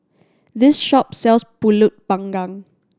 this shop sells Pulut Panggang